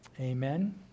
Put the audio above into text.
Amen